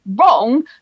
wrong